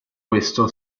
questo